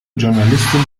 journalistin